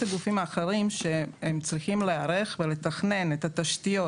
הגופים האחרים שצריכים להיערך ולתכנן את התשתיות,